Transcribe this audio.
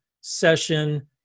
session